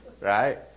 right